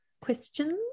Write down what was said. questions